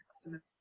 customer